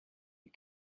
die